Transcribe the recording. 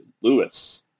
Lewis